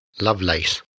Lovelace